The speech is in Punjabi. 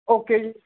ਓਕੇ ਜੀ